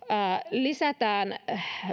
lisätään